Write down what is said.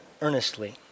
earnestly